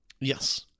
Yes